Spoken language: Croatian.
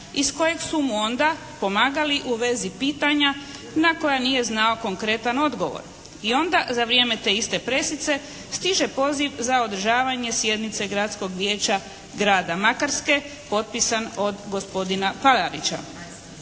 iz kojeg su mu onda pomagali u vezi pitanja na koja nije znao konkretan odgovor. I onda za vrijeme te iste presice stiže poziv za održavanje sjednice Gradskog vijeća Grada Makarske potpisan od gospodina Palarića.